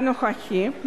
הנוכחית,